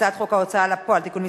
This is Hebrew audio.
הצעת חוק ההוצאה לפועל (תיקון מס'